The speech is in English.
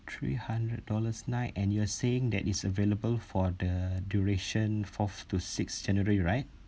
three hundred dollars night and you are saying that is available for the duration fourth to sixth january right